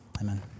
Amen